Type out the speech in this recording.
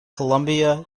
colombia